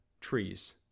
trees